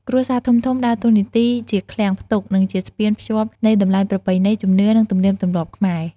គ្រួសារធំៗដើរតួនាទីជាឃ្លាំងផ្ទុក និងជាស្ពានភ្ជាប់នៃតម្លៃប្រពៃណី ជំនឿ និងទំនៀមទម្លាប់ខ្មែរ។